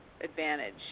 advantage